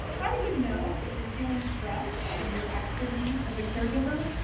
how do you know if you're feeling stressed from your activities as a caregiver?